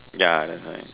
ya that's why